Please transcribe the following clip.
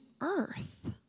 earth